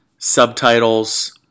subtitles